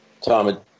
Tom